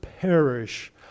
perish